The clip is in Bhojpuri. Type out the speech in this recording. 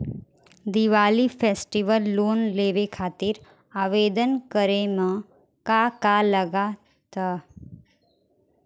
दिवाली फेस्टिवल लोन लेवे खातिर आवेदन करे म का का लगा तऽ?